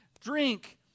drink